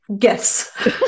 Yes